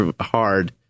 hard